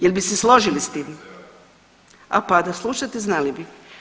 Jel bi se složili s tim? … [[Upadica se ne razumije.]] pa da slušate znali bi.